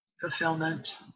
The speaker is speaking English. fulfillment